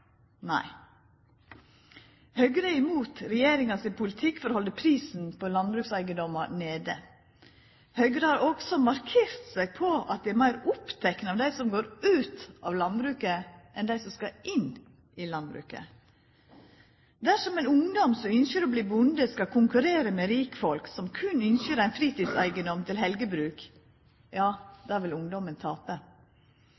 Nei. Høgre er imot regjeringa sin politikk for å halda prisen på landbrukseigedomar nede. Høgre har òg markert seg ved at dei er meir opptekne av dei som går ut av landbruket, enn av dei som skal inn i det. Dersom ein ungdom som ønskjer å verta bonde, skal konkurrera med rikfolk som berre ønskjer ein fritidseigedom til helgebruk,